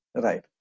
Right